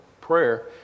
prayer